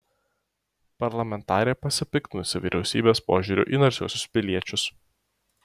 parlamentarė pasipiktinusi vyriausybės požiūriu į narsiuosius piliečius